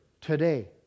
today